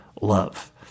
love